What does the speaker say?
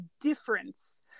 difference